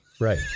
Right